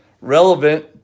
relevant